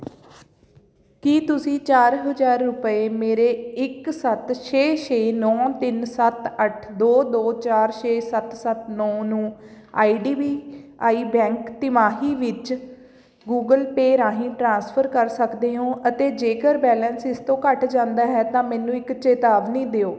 ਕੀ ਤੁਸੀਂਂ ਚਾਰ ਹਜ਼ਾਰ ਰੁਪਏ ਮੇਰੇ ਇੱਕ ਸੱਤ ਛੇ ਛੇ ਨੌ ਤਿੰਨ ਸੱਤ ਅੱਠ ਦੋ ਦੋ ਚਾਰ ਛੇ ਸੱਤ ਸੱਤ ਨੌ ਨੂੰ I D B I bank ਤਿਮਾਹੀ ਵਿੱਚ ਗੂਗਲ ਪੇ ਰਾਹੀਂ ਟ੍ਰਾਂਸਫਰ ਕਰ ਸਕਦੇ ਹੋ ਅਤੇ ਜੇਕਰ ਬੈਲੈਂਸ ਇਸ ਤੋਂ ਘੱਟ ਜਾਂਦਾ ਹੈ ਤਾਂ ਮੈਨੂੰ ਇੱਕ ਚੇਤਾਵਨੀ ਦਿਓ